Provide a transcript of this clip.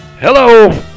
hello